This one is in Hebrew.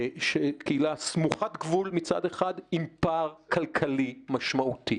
קהילה סמוכת גבול עם פער כלכלי משמעותי.